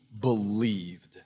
believed